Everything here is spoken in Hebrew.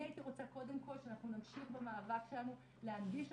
אני הייתי רוצה קודם כל שאנחנו נמשיך במאבק שלנו להנגיש,